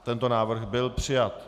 Tento návrh byl přijat.